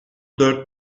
dört